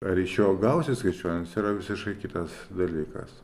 ar iš jo gausis krikščionis yra visiškai kitas dalykas